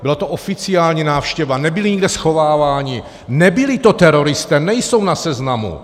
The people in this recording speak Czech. Byla to oficiální návštěva, nebyli nikde schováváni, nebyli to teroristé, nejsou na seznamu.